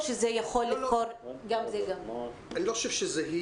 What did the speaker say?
או שאפשר לבחור גם את זה וגם את זה?